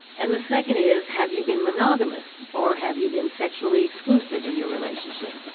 and the second is have you been monogamous or have you been sexually exclusive in your relationship?